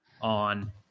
on